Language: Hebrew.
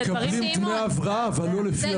הם מקבלים דמי הבראה אבל לא לפי הוותק.